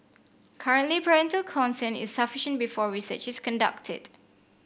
currently parental consent is sufficient before research is conducted